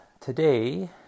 today